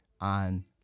on